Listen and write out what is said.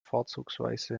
vorzugsweise